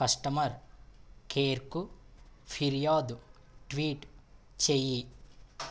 customer care కు ఫిర్యాదు tweet చెయ్యి